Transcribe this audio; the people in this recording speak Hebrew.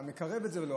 אתה מקרב את זה, ולא.